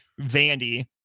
Vandy